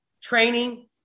training